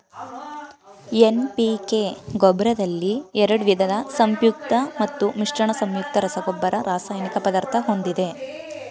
NPK ಗೊಬ್ರದಲ್ಲಿ ಎರಡ್ವಿದ ಸಂಯುಕ್ತ ಮತ್ತು ಮಿಶ್ರಣ ಸಂಯುಕ್ತ ರಸಗೊಬ್ಬರ ರಾಸಾಯನಿಕ ಪದಾರ್ಥ ಹೊಂದಿದೆ